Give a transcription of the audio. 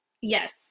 Yes